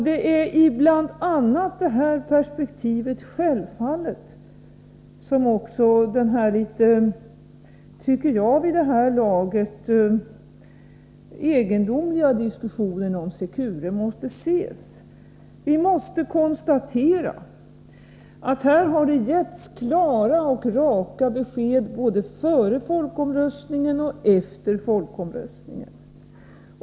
Det är bl.a. i detta perspektiv som den här, som jag tycker, vid det här laget litet egendomliga diskussionen om Secure måste ses. Vi måste konstatera att det här har getts klara och raka besked både före och efter folkomröstningen.